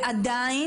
ועדיין,